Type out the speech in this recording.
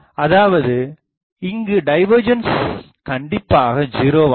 அதாவது இங்கு டைவர்ஜன்ஸ் கண்டிப்பாக ஜீரோ ஆகும்